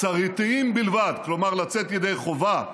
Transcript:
הצהרתיים בלבד, כלומר לצאת ידי חובה,